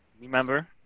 remember